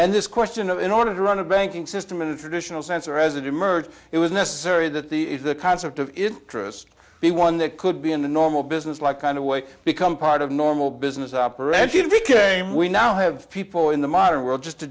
and this question of in order to run a banking system in a traditional sense or as it emerged it was necessary that the concept of interest be one that could be in the normal business like kind of way become part of normal business operation became we now have people in the modern well just